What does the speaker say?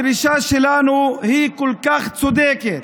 הדרישה שלנו היא כל כך צודקת.